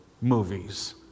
movies